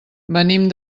venim